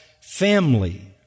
family